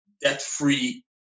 Debt-Free